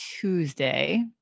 Tuesday